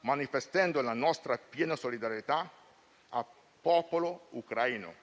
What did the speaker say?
manifestando la nostra piena solidarietà al popolo ucraino